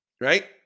right